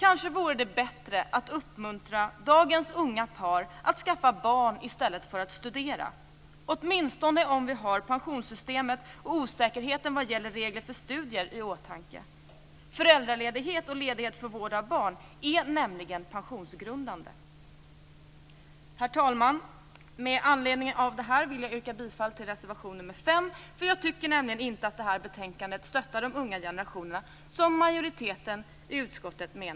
Kanske vore det bättre att uppmuntra dagens unga par att skaffa barn i stället för att studera, åtminstone om vi har pensionssystemet och osäkerheten vad gäller regler för studier i åtanke. Föräldraledighet och ledighet för vård av barn är nämligen pensionsgrundande. Herr talman! Med anledning av detta vill jag yrka bifall till reservation nr 5. Jag tycker nämligen inte att det här betänkandet stöttar de unga generationerna som majoriteten i utskottet menar.